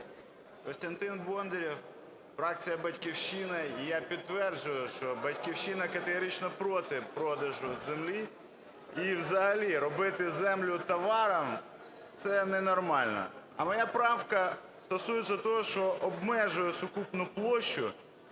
Костянтин Бондарєв, фракція "Батьківщина". І я підтверджую, що "Батьківщина" категорично проти продажу землі. І взагалі робити землю товаром – це ненормально. А моя правка стосується того, що обмежує сукупну площу